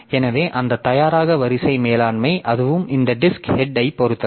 எனவே அந்த தயாராக வரிசை மேலாண்மை அதுவும் இந்த டிஸ்க் ஹெட் ஐப் பொறுத்தது